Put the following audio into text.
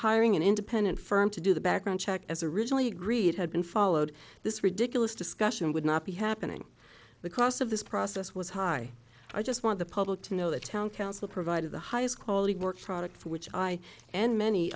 hiring an independent firm to do the background check as originally agreed had been followed this ridiculous discussion would not be happening the cost of this process was high i just want the public to know that town council provided the highest quality work product which i and many